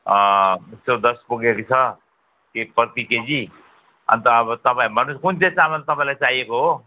एक सय दस पुगेको छ के प्रतिकेजी अनि त अब तपाईँ भन्नुहोस् कुन चाहिँ चामल तपाईँलाई चाहिएको हो